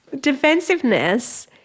Defensiveness